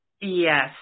Yes